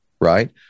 right